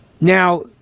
Now